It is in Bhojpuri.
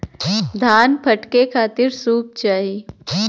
धान फटके खातिर सूप चाही